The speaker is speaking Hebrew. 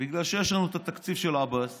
בגלל שיש לנו את התקציב של עבאס